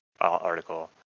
article